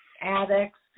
addicts